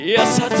Yes